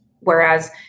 Whereas